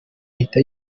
ahita